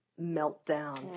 meltdown